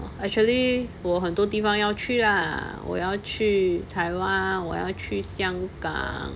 actually 我很多地方要去啦我要去台湾我要去香港